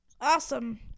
Awesome